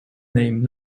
name